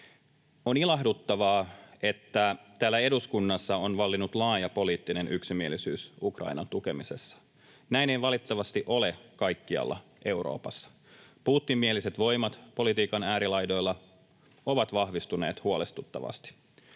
On ilahduttavaa, että täällä eduskunnassa on vallinnut laaja poliittinen yksimielisyys Ukrainan tukemisessa. Näin ei valitettavasti ole kaikkialla Euroopassa. Putin-mieliset voimat politiikan äärilaidoilla ovat vahvistuneet huolestuttavasti.